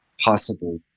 possible